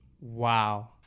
Wow